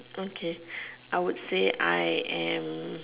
okay I would say I am